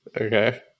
Okay